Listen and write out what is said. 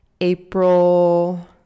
April